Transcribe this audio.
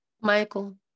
Michael